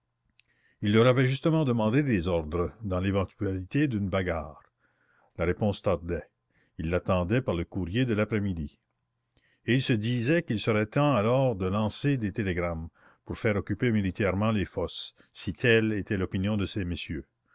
il leur avait justement demandé des ordres dans l'éventualité d'une bagarre la réponse tardait il l'attendait par le courrier de l'après-midi et il se disait qu'il serait temps alors de lancer des télégrammes pour faire occuper militairement les fosses si telle était l'opinion de ces messieurs